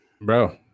bro